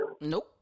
Nope